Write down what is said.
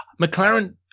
McLaren